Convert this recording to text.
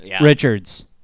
Richards